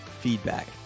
feedback